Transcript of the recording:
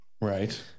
Right